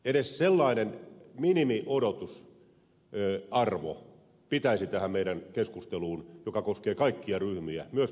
edes sellaisen minimiodotusarvon pitäisi tähän meidän keskusteluumme joka koskee kaikkia ryhmiä myös perussuomalaisia liittyä